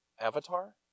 Avatar